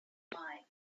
mine